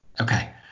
Okay